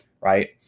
right